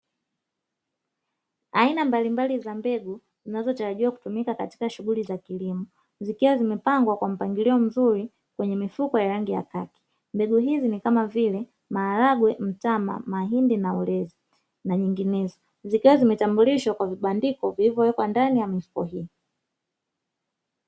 Aina mbalimbali za mbegu zinazotarajiwa kutumika katika shughuli za kilimo, zikiwa zimepangwa kwa mpangilio mzuri kwenye mifuko ya rangi ya kaki, mbegu hizi ni kama vile: maharagwe, mtama, mahindi na ulezi, na nyinginezo, zikiwa zimetambulishwa kwa vibandiko vilivyowekwa ndani ya mifuko hii.